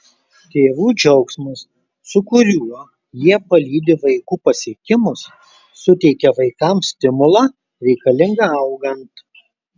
tėvų džiaugsmas su kuriuo jie palydi vaikų pasiekimus suteikia vaikams stimulą reikalingą augant